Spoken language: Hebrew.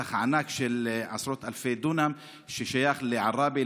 בשטח ענק של עשרות אלפי דונם ששייכים לעראבה,